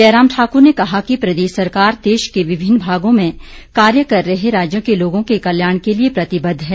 जयराम ठाकुर ने कहा कि प्रदेश सरकार देश के विभिन्न भागों में कार्य कर रहे राज्य के लोगों के कल्याण के लिए प्रतिबद्ध है